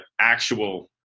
actual